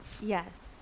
yes